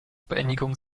beendigung